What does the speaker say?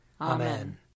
Amen